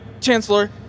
Chancellor